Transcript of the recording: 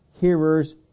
hearers